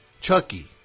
Chucky